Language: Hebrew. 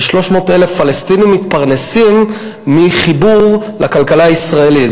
זה 300,000 פלסטינים שמתפרנסים מחיבור לכלכלה הישראלית,